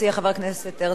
חבר הכנסת הרצוג,